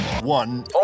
One